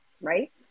right